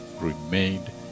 remained